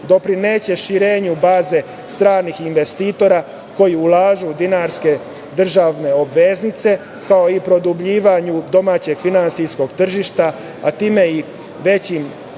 doprineće širenju baze stranih investitora koji ulažu u dinarske državne obveznice, kao i produbljivanju domaćeg finansijskog tržišta, a time i većim